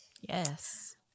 Yes